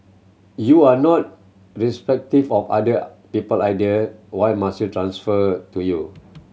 U R not receptive of other people idea Y must transfer to you